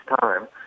time